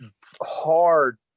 hard